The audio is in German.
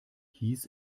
hieß